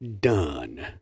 Done